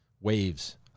waves